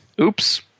Oops